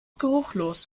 geruchlos